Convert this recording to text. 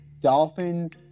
Dolphins